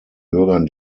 bürgern